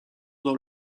dans